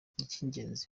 icy’ingenzi